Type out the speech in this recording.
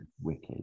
Wicked